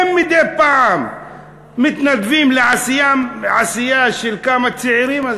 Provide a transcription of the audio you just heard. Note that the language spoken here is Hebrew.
אין מדי פעם מתנדבים לעשייה של כמה צעירים.